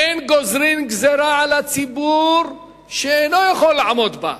אין גוזרים על הציבור גזירה שאינו יכול לעמוד בה.